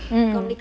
mm